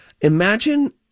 Imagine